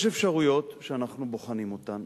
יש אפשרויות שאנחנו בוחנים אותן,